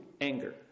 anger